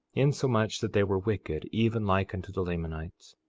insomuch that they were wicked even like unto the lamanites.